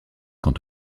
quant